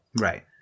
Right